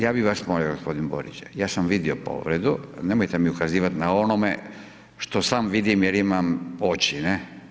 Ja bi vas molio gospodin Borić, ja sam vidio povredu nemojte mi ukazivati na onome što sam vidim jer imam oči, ne.